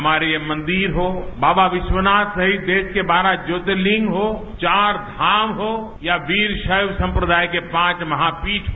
हमारे यहां मंदिर हो बाबा विश्वनाथ सहित देश के बारह ज्योतिर्लिंग हो चार धाम हो या वीर शैव सन्त्रदाय के पांच महापीठ हो